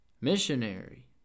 missionary